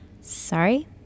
Sorry